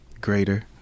greater